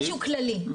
משהו כללי,